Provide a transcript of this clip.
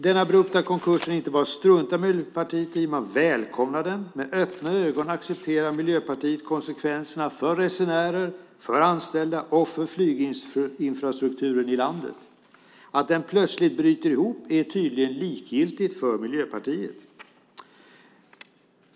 Den abrupta konkursen inte bara struntar Miljöpartiet i utan man välkomnar den. Med öppna ögon accepterar Miljöpartiet konsekvenserna för resenärer, för anställda och för flyginfrastrukturen i landet. Att den plötsligt bryter ihop är tydligen likgiltigt för Miljöpartiet.